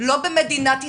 לא במדינת ישראל.